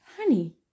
honey